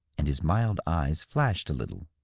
and his mild eyes flashed a little.